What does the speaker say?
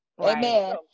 amen